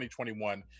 2021